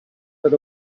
that